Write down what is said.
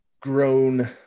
grown